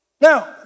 Now